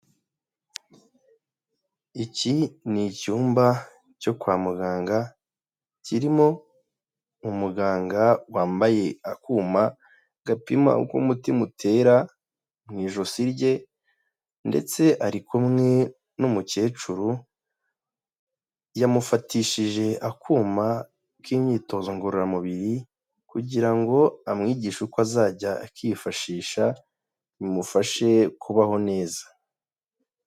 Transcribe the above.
Iki ni icyumba cyo kwa muganga, kirimo umuganga wambaye akuma gapima uko umutima utera mu ijosi rye, ndetse ari kumwe n'umukecuru yamufatishije akuma k'imyitozo ngororamubiri kugira ngo amwigishe uko azajya akifashisha, bimufashe kubaho neza.